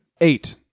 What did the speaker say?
eight